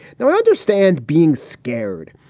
now, i understand being scared.